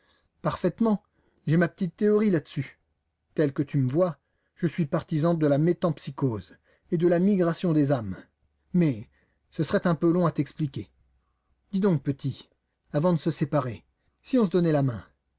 parfaitement j'ai ma petite théorie là-dessus tel que tu me vois je suis partisan de la métempsycose et de la migration des âmes mais ce serait un peu long à t'expliquer dis donc petit avant de se séparer si on se donnait la main